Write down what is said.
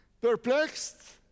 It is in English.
perplexed